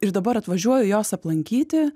ir dabar atvažiuoju jos aplankyti